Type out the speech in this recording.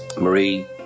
Marie